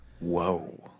Whoa